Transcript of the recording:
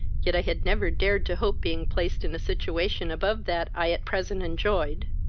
yet i had never dared to hope being placed in a situation above that i at present enjoyed.